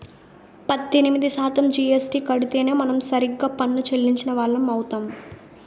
పద్దెనిమిది శాతం జీఎస్టీ కడితేనే మనం సరిగ్గా పన్ను చెల్లించిన వాళ్లం అవుతాం